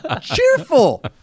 cheerful